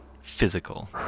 physical